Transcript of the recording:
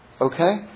Okay